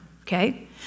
okay